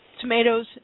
tomatoes